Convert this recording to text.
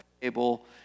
table